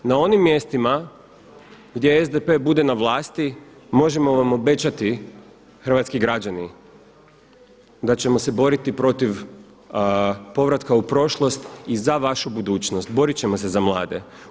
Na onim mjestima gdje SDP bude na vlasti možemo vam obećati hrvatski građani da ćemo se boriti protiv povratka u prošlost i za vašu budućnost, borit ćemo se za mlade.